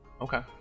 Okay